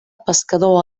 pescador